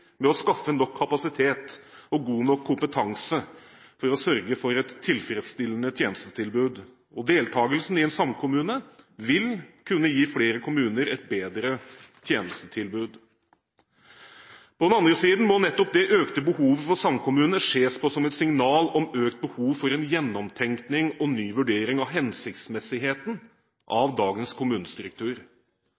med å skaffe nok kapasitet og god nok kompetanse for å sørge for et tilfredsstillende tjenestetilbud, og deltakelsen i en samkommune vil kunne gi flere kommuner et bedre tjenestetilbud. På den andre siden må nettopp det økte behovet for samkommuner ses på som et signal om økt behov for en gjennomtenkning og en ny vurdering av hensiktsmessigheten